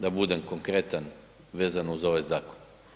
Da budem konkretan vezano uz ovaj zakon.